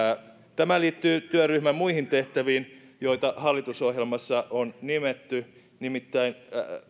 tämä liittyy työryhmän muihin tehtäviin joita hallitusohjelmassa on nimetty nimittäin